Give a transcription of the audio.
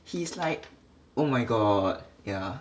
he's like oh my god yeah